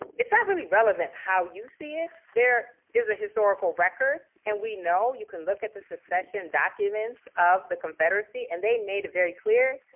it's not really relevant how you see it. there is a historical record, and we know. you can look at the secession documents of the confederacy and they made it very clear,